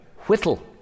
Whittle